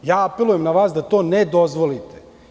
Apelujem na vas da to ne dozvolite.